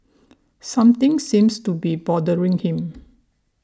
something seems to be bothering him